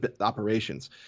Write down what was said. operations